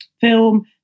film